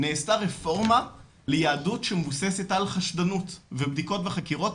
נעשתה רפורמה ליהדות שמבוססת על חשדנות ובדיקות וחקירות,